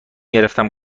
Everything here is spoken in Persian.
گرفتم